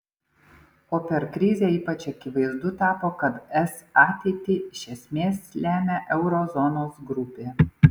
o per krizę ypač akivaizdu tapo kad es ateitį iš esmės lemia euro zonos grupė